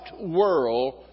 world